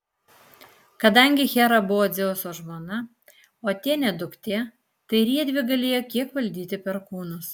kadangi hera buvo dzeuso žmona o atėnė duktė tai ir jiedvi galėjo kiek valdyti perkūnus